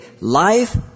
life